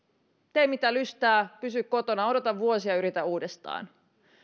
tee mitä lystäät pysy kotona odota vuosi ja yritä uudestaan